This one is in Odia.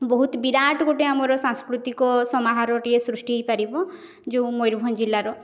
ବହୁତ ବିରାଟ ଗୋଟିଏ ଆମର ସାଂସ୍କୃତିକ ସମାହାରଟିଏ ସୃଷ୍ଟି ହୋଇପାରିବ ଯେଉଁ ମୟୂରଭଞ୍ଜ ଜିଲ୍ଲାର